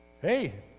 hey